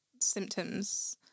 symptoms